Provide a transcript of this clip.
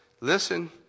Listen